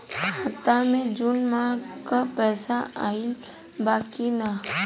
खाता मे जून माह क पैसा आईल बा की ना?